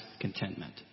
contentment